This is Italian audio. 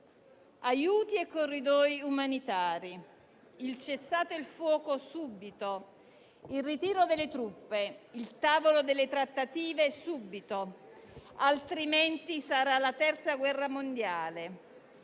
aiuti e corridoi umanitari, cessate il fuoco subito, ritiro delle truppe, tavolo delle trattative subito, altrimenti sarà la terza guerra mondiale.